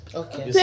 okay